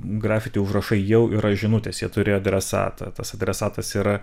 grafiti užrašai jau yra žinutės jie turėjo adresatą tas adresatas yra